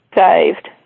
saved